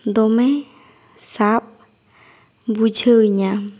ᱫᱚᱢᱮ ᱥᱟᱵ ᱵᱩᱡᱷᱟᱹᱣᱤᱧᱟᱹ